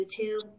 YouTube